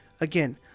Again